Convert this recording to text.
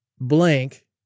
blank